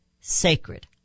sacred